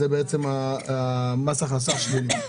זה בעצם מס ההכנסה השלילי.